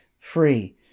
Free